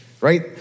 right